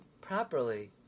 properly